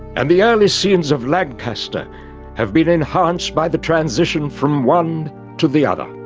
and the early scenes of lancaster have been enhanced by the transition from one to the other.